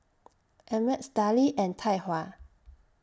Ameltz Darlie and Tai Hua